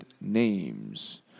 names